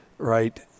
right